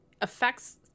affects